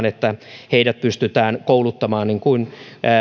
että heidät pystytään kouluttamaan niin kuin